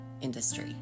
industry